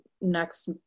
next